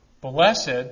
Blessed